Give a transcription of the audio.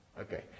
Okay